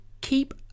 keep